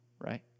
right